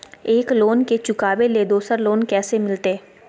एक लोन के चुकाबे ले दोसर लोन कैसे मिलते?